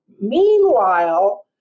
Meanwhile